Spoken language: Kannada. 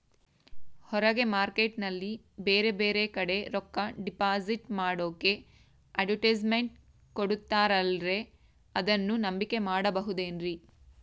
ಹೊರಗೆ ಮಾರ್ಕೇಟ್ ನಲ್ಲಿ ಬೇರೆ ಬೇರೆ ಕಡೆ ರೊಕ್ಕ ಡಿಪಾಸಿಟ್ ಮಾಡೋಕೆ ಅಡುಟ್ಯಸ್ ಮೆಂಟ್ ಕೊಡುತ್ತಾರಲ್ರೇ ಅದನ್ನು ನಂಬಿಕೆ ಮಾಡಬಹುದೇನ್ರಿ?